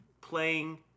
playing